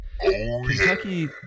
Kentucky